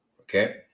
Okay